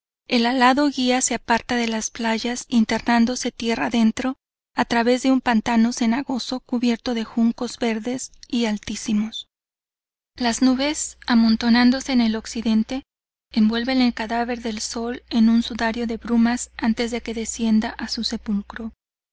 el alado guía se aparta de las playas internándose tierra adentro a través de un pantano cenagoso y cubierto de juncos verdes y altísimos las nubes amontonándose en el occidente envuelven el cadáver del sol en un sudario de brumas antes que descienda a su sepulcro